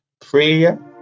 Prayer